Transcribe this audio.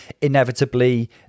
Inevitably